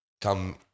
come